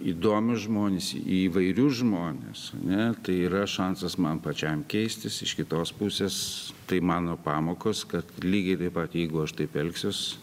įdomius žmones įvairius žmones ar ne tai yra šansas man pačiam keistis iš kitos pusės tai mano pamokos kad lygiai taip pat jeigu aš taip elgsiuos